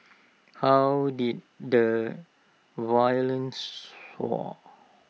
how did the violence soar